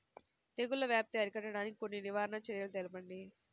తెగుళ్ల వ్యాప్తి అరికట్టడానికి కొన్ని నివారణ చర్యలు తెలుపండి?